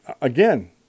again